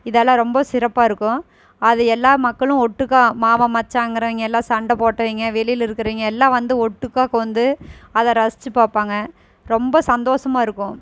இதெல்லாம் ரொம்ப சிறப்பாக இருக்கும் அது எல்லா மக்களும் ஒட்டுக்காக மாமன் மச்சாங்கிறவங்க எல்லாம் சண்டை போட்டவங்க வெளியில இருக்கிறவங்க எல்லாம் வந்து ஒட்டுக்காக வந்து அதை ரசிச்சிப் பார்ப்பாங்க ரொம்ப சந்தோஷமாக இருக்கும்